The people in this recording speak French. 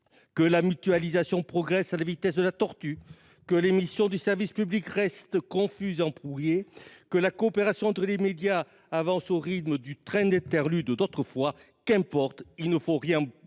que la mutualisation progressait à la vitesse de la tortue ; que les missions du service public restaient confuses et embrouillées ; que la coopération entre les médias avançait au rythme du petit train de l'interlude d'autrefois. Qu'importe, il ne faut rien